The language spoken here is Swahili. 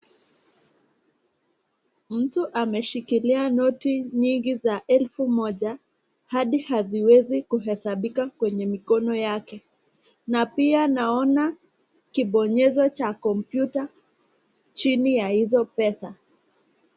Mtu ameshikilia noti nyingi za elfu moja, hadi haziwezi kuhesabika kwenye mikono yake. Na pia naona kibonyezo cha computer chini ya hio pesa.